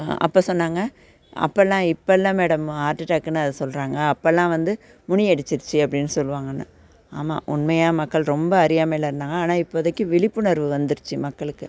அப்போ சொன்னாங்க அப்போல்லாம் இப்போல்லாம் மேடம் ஹார்ட்அட்டேக்குனு அதை சொல்கிறாங்க அப்போல்லாம் வந்து முனி அடிச்சுருச்சி அப்படின்னு சொல்லுவாங்கன்னு ஆமாம் உண்மையாக மக்கள் ரொம்ப அறியாமையில் இருந்தாங்க ஆனால் இப்போதைக்கு விழிப்புணர்வு வந்துடுச்சு மக்களுக்கு